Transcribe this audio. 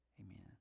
Amen